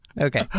Okay